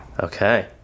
Okay